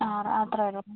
ആ അത്രയേ വരുള്ളൂ